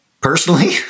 Personally